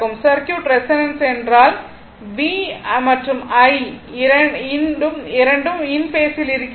circuit resonance என்றால் V மற்றும் I இன் பேஸில் இருக்கிறது